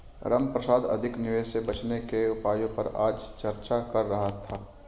रामप्रसाद अधिक निवेश से बचने के उपायों पर आज चर्चा कर रहा था